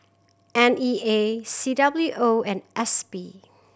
N E A C W O and S P